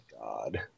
god